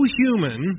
human